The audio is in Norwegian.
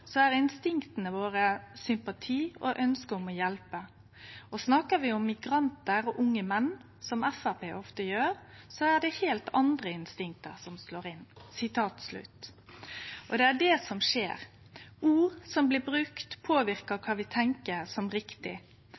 er instinktet vårt sympati og ønske om å hjelpe. Snakker vi om migranter og unge menn, som FrP ofte gjør, er det helt andre instinkter som slår inn.» Og det er det som skjer. Orda som blir brukte, påverkar kva vi tenkjer som riktig.